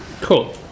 cool